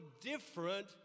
different